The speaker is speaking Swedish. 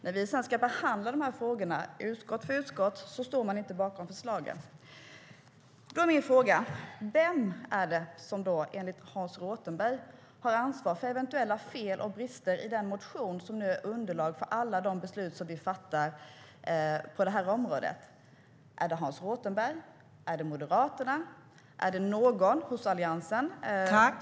När vi sedan ska behandla dessa frågor utskott för utskott står de inte bakom förslagen. Vem har då, enligt Hans Rothenberg, ansvar för eventuella fel och brister i den budgetmotion som nu är underlag för alla de beslut vi fattar på detta område? Är det Hans Rothenberg, är det Moderaterna, är det någon i Alliansen?